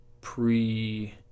pre-